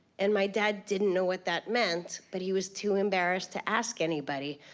and my dad didn't know what that meant. but he was too embarrassed to ask anybody.